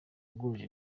rwujuje